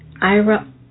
Ira